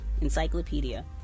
encyclopedia